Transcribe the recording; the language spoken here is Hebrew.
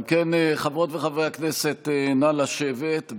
חברות וחברי הכנסת, נא לשבת.